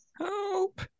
help